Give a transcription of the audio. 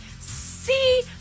see